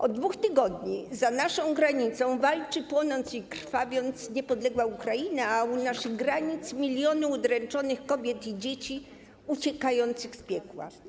Od 2 tygodni za naszą granicą walczy, płonąc i krwawiąc, niepodległa Ukraina, a u naszych granic są miliony udręczonych kobiet i dzieci uciekających z piekła.